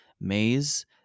maze